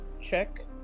check